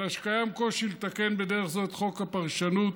אלא שקיים קושי לתקן בדרך זו את חוק הפרשנות.